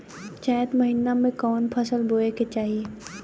चैत महीना में कवन फशल बोए के चाही?